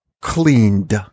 cleaned